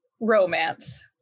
romance